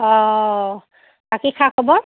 অ' বাকী খা খবৰ